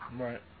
Right